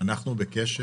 אנחנו בקשר.